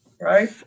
Right